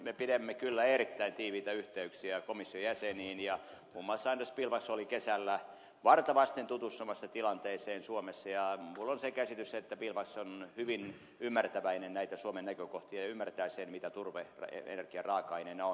me pidämme kyllä erittäin tiiviitä yhteyksiä komission jäseniin ja muun muassa andris piebalgs oli kesällä varta vasten tutustumassa tilanteeseen suomessa ja minulla on se käsitys että piebalgs on hyvin ymmärtäväinen näitä suomen näkökohtia kohtaan ja ymmärtää sen mitä turve energian raaka aineena on